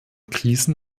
krisen